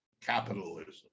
capitalism